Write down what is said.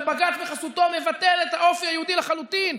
ובג"ץ בחסותו מבטל את האופי היהודי לחלוטין,